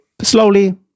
slowly